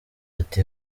ati